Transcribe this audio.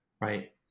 Right